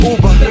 Uber